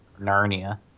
Narnia